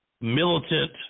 militant